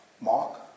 Mark